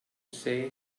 say